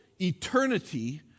eternity